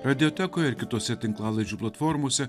radiotekoje ir kitose tinklalaidžių platformose